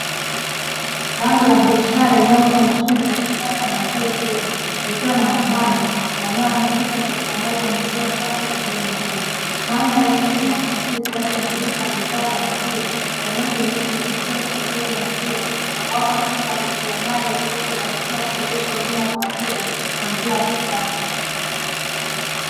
Lango la biashara linalouza mashine za kisasa maziwa "ATM" likiwa na mabango yanayohamasisha upatikanaji wa maziwa safi kwa bei nafuu. Mandhari hii inaakisi ukuaji wa maduka ya bidhaa za maziwa yanayojumuisha teknolojia ya usambazaji wa maziwa na kuwapa fursa wajasiriamali wa sekta za maziwa kuboresha huduma kwa wateja kwa njia ya kisasa.